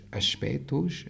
aspectos